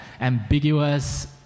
ambiguous